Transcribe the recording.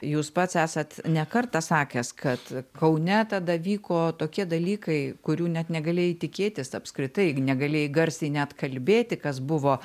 jūs pats esat ne kartą sakęs kad kaune tada vyko tokie dalykai kurių net negalėjai tikėtis apskritai negalėjai garsiai net kalbėti kas buvo